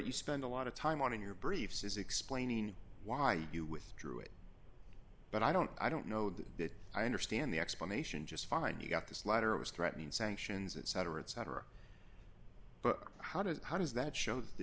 you spend a lot of time on in your briefs is explaining why you withdrew it but i don't i don't know that i understand the explanation just fine you got this letter it was threatening sanctions it sadder and sadder but how does how does that show th